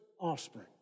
offspring